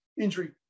injury